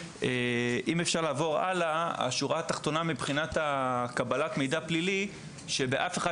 השורה התחתונה מבחינת קבלת מידע פלילי היא שבאף אחד